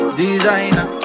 designer